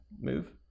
move